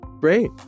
Great